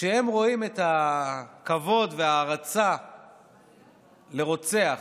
כשהם רואים את הכבוד וההערצה לרוצח,